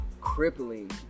crippling